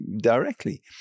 directly